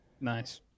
nice